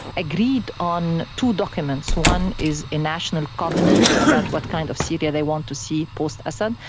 agreed on two documents. one is a national covenant about what kind of syria they want to see post-assad,